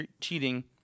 cheating